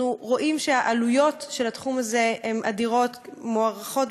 אנחנו רואים שהעלויות של התחום הזה הן אדירות ומוערכות